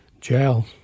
Jail